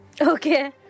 Okay